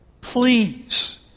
Please